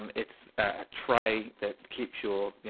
um it's a tray that keeps your you